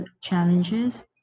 challenges